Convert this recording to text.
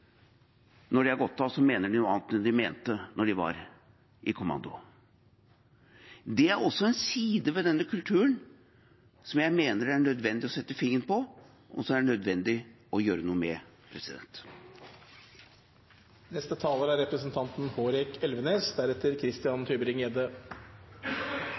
når de har gått av, mener de noe annet enn de mente da de hadde kommando. Det er også en side ved denne kulturen jeg mener det er nødvendig å sette fingeren på, og som det er nødvendig å gjøre noe med. Denne saken er